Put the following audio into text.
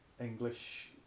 English